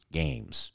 games